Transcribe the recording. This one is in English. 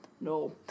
no